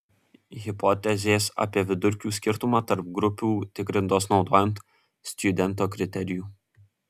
hipotezės apie vidurkių skirtumą tarp grupių tikrintos naudojant stjudento kriterijų